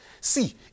See